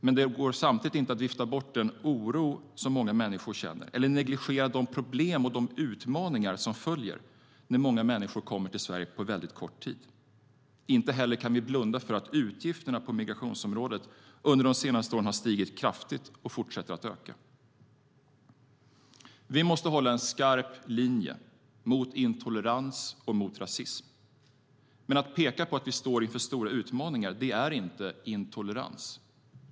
Samtidigt går det inte att vifta bort den oro som många känner eller negligera de problem och utmaningar som följer när många människor kommer till Sverige på väldigt kort tid. Inte heller kan vi blunda för att utgifterna på migrationsområdet under de senaste åren har ökat kraftigt och fortsätter att öka. Vi måste hålla en skarp linje mot intolerans och rasism. Men att peka på att vi står inför stora utmaningar är inte intolerans.